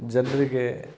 ಜನರಿಗೆ